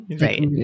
right